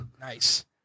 Nice